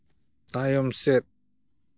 ᱛᱟᱭᱚᱢ ᱥᱮᱫ